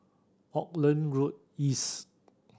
Auckland Road East